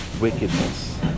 wickedness